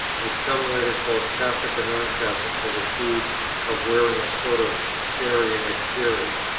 which some writers, both catholic and non-catholic, have accused of wearing a sort of arian exterior.